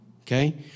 Okay